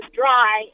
dry